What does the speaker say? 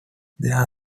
their